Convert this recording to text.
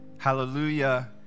Hallelujah